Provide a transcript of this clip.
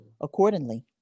accordingly